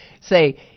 say